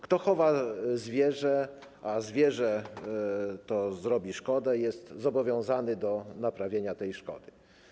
Kto chowa zwierzę, a zwierzę to zrobi szkodę, jest zobowiązany do naprawienia tej szkody.